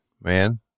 man